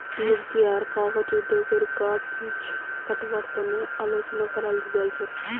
लुगदी आर कागज उद्योगेर गाछ कटवार तने आलोचना कराल गेल छेक